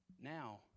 now